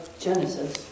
Genesis